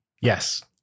Yes